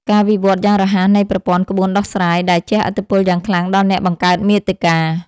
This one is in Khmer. ការវិវត្តយ៉ាងរហ័សនៃប្រព័ន្ធក្បួនដោះស្រាយ ដែលជះឥទ្ធិពលយ៉ាងខ្លាំងដល់អ្នកបង្កើតមាតិកា។